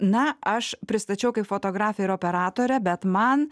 na aš pristačiau kaip fotografę ir operatorę bet man